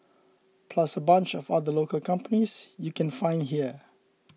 plus a bunch of other local companies you can find here